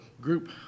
group